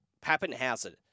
Pappenhausen